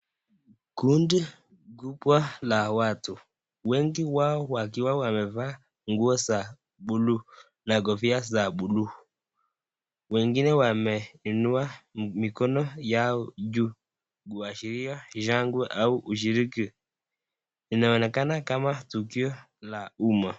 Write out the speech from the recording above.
Kundi kubwa la watu. Wengi wao wakiwa wamevaa nguo za buluu na kofia za buluu. Wengine wameinua mikono yao juu kuashiria shangwe au ushiriki. Inaonekana kama tukio la umma.